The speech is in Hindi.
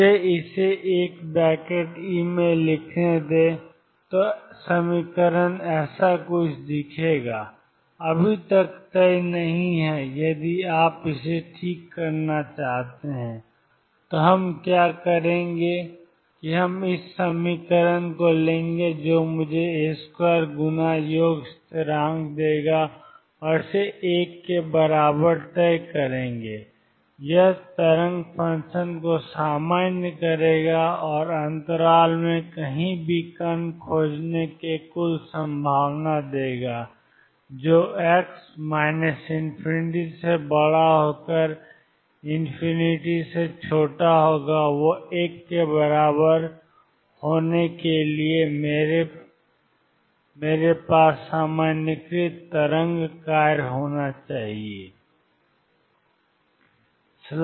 मुझे इसे 1 ब्रैकेट ई में लिखने दें Ae 2mE2xx0 Ae2mE2x या x0 A अभी तक तय नहीं है यदि आप इसे ठीक करना चाहते हैं तो हम क्या करेंगे हम ∞x2dx लेंगे जो मुझे कुछ A2 गुना योग स्थिरांक देगा और इसे 1 के बराबर तय करेगा और यह तरंग फ़ंक्शन को सामान्य करेगा और अंतराल में कहीं भी कण खोजने की कुल संभावना देगा ∞x∞ 1 के बराबर होने के लिए तो मेरे पास सामान्यीकृत तरंग कार्य है